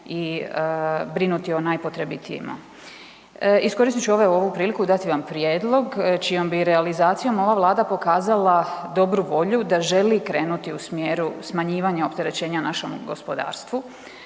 i brinuti o najpotrebitijima. Iskoristit ću ovdje ovu priliku i dati vam prijedlog čijom bi realizacijom ova vlada pokazala dobru volju da želi krenuti u smjeru smanjivanja opterećenja našemu gospodarstvu,